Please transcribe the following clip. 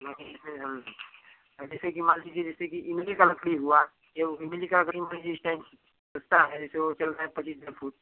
मान लीजिए हम अब जैसे कि मान लीजिए जैसे कि इमली का लकड़ी हुआ या इमली का लकड़ी मान लीजिए इस टाइम सस्ता है जैसे वो चल रहा है पच्चीस रुपये फूट